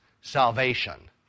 salvation